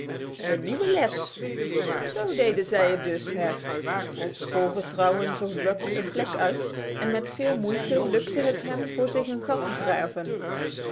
een nieuwe les zo deden zij het dus hè vol vertrouwen zocht buck een plek uit en met veel moeite lukte het hem voor zich een gat te graven